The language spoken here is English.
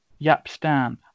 Yapstan